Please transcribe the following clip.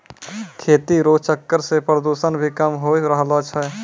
खेती रो चक्कर से प्रदूषण भी कम होय रहलो छै